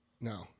No